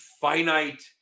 finite